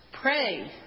pray